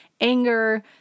anger